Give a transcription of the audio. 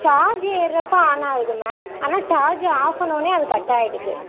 charge ஏர்றப்ப on ஆகுது ma'am ஆனால் சார்ஜ் ஆஃப் பண்ணவுடனே அது கட் ஆயிடுது